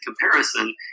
comparison